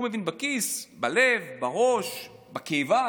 הוא מבין בכיס, בלב, בראש, בקיבה.